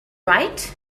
right